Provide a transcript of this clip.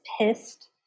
pissed